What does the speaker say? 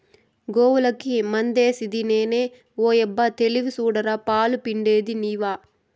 గోవులకి మందేసిది నేను ఓయబ్బో తెలివి సూడరా పాలు పిండేది నీవా